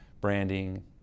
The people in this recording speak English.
branding